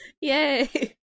Yay